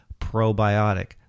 probiotic